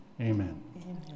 Amen